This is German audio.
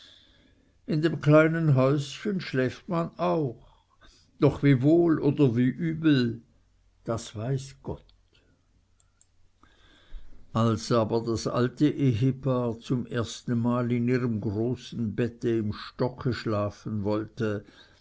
in diesem kleinen häuschen schläft man auch doch wie wohl oder wie übel das weiß gott als aber das alte ehepaar zum erstenmal in ihrem großen bette im stocke schlafen wollte